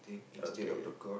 okay